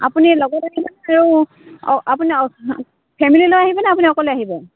আপুনি লগত আহিব আৰু অঁ আপুনি অকল ফেমিলী লৈ আহিবনে আপুনি অকলে আহিব